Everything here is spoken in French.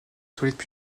toilettes